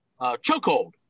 chokehold